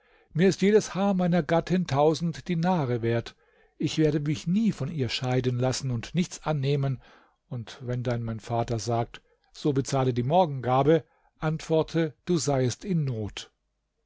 mir ist jedes haar meiner gattin tausend dinare wert ich werde mich nie von ihr scheiden lassen und nichts annehmen und wenn dann mein vater sagt so bezahle die morgengabe antworte du seiest in not